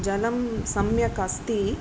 जलं सम्यक् अस्ति